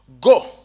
Go